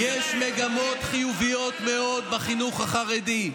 יש מגמות חיוביות מאוד בחינוך החרדי.